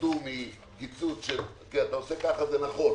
אתה מהנהן בראש.